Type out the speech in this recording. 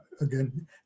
Again